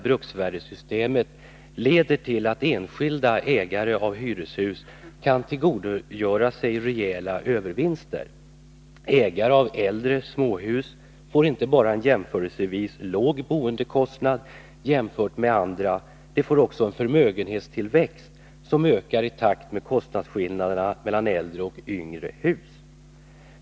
bruksvärdessystemet leder till att enskilda ägare av hyreshus kan tillgodogöra sig rejäla övervinster. Ägare av äldre småhus får inte bara en förhållandevis låg boendekostnad jämfört med andra. De får också en förmögenhetstillväxt, som ökar i takt med kostnadsskillnaden mellan äldre och yngre hus.